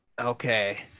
Okay